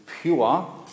pure